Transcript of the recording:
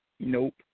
Nope